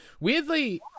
Weirdly